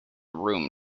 room